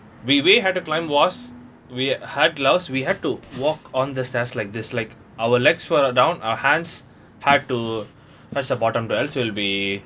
we we had a climb was we had gloves we had to walk on the stairs like this like our legs were down our hands have to touch the bottom first will be